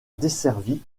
desservie